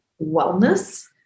wellness